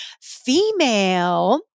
female